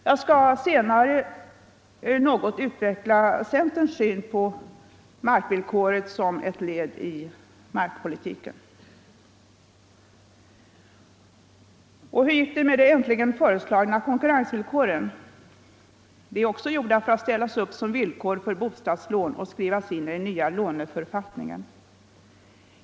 Jag skall senare något utveckla centerns syn på markvillkoret som ett led i markpolitiken. Och hur gick det med de äntligen föreslagna konkurrensvillkoren? De är också gjorda för att ställas upp som villkor för bostadslån och skrivas in i den nya låneförfattningen.